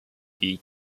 die